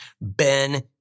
Ben